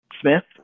Smith